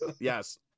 Yes